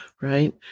right